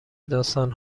داستان